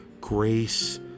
grace